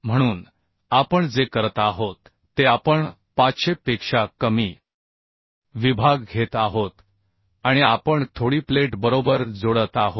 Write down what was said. म्हणून आपण जे करत आहोत ते आपण 500 पेक्षा कमी विभाग घेत आहोत आणि आपण थोडी प्लेट बरोबर जोडत आहोत